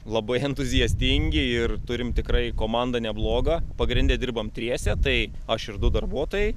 labai entuziastingi ir turim tikrai komandą neblogą pagrinde dirbam triese tai aš ir du darbuotojai